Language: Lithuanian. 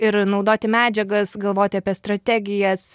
ir naudoti medžiagas galvoti apie strategijas